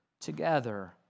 together